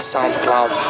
SoundCloud